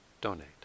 donate